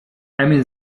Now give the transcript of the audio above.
emil